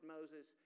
Moses